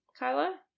Kyla